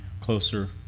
closer